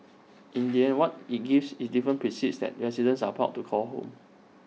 in the end what IT gives IT given precincts that residents are proud to call home